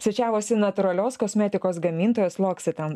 svečiavosi natūralios kosmetikos gamintojos loksitan